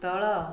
ତଳ